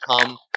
come